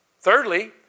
Thirdly